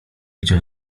cię